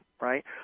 right